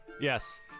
Yes